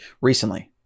recently